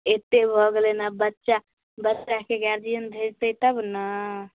एतेक भऽ गेलै हन बच्चा बच्चाके गार्जिअन भेजतै तब ने